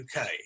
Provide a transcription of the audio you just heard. UK